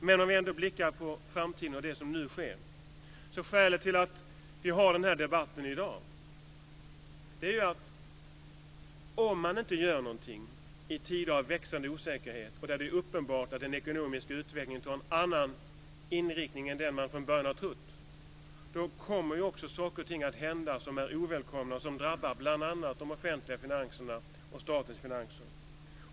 Medan vi ändå blickar på framtiden och det som nu sker vill jag säga att skälet till att vi för den här debatten i dag är att om man inte gör någonting i en tid av växande osäkerhet och då det är uppenbart att en ekonomisk utveckling får en annan inriktning än vad man har trott, kommer det att hända ovälkomna saker som drabbar bl.a. de offentliga finanserna, inklusive de statliga.